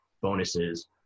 bonuses